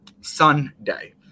Sunday